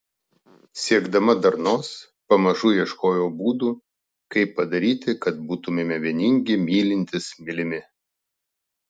siekdama darnos pamažu ieškojau būdų kaip padaryti kad būtumėme vieningi mylintys mylimi